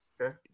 okay